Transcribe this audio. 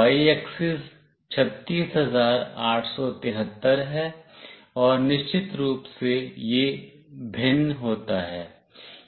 y axis 36873 है और निश्चित रूप से यह भिन्न होता है